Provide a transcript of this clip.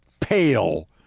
pale